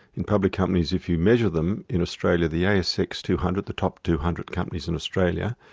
in public companies if you measure them in australia, the asx two hundred, the top two hundred companies in australia,